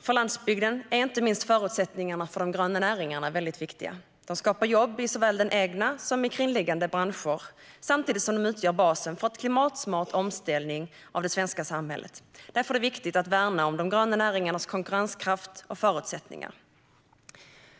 För landsbygden är inte minst förutsättningarna för de gröna näringarna mycket viktiga. De skapar jobb i såväl den egna som i kringliggande branscher, samtidigt som de utgör basen för en klimatsmart omställning av det svenska samhället. Därför är det viktigt att värna om de gröna näringarnas konkurrenskraft och förutsättningar.